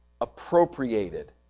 appropriated